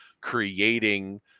creating